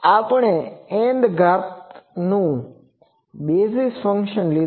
આપણે N ઘાતાંકનુ basis function લીધું છે